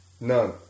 None